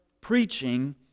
preaching